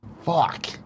Fuck